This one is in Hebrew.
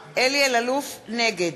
אלאלוף, נגד